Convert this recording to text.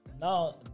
Now